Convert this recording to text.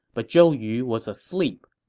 but zhou yu was asleep.